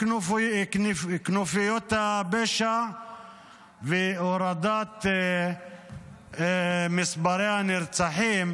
פירוק כנופיות הפשע והורדת מספר הנרצחים,